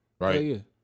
right